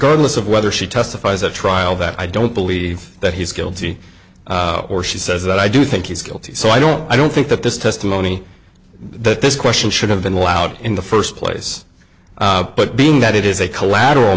regardless of whether she testifies a trial that i don't believe that he's guilty or she says i do think he's guilty so i don't i don't think that this testing any that this question should have been allowed in the first place but being that it is a collateral